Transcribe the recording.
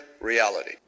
reality